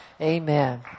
Amen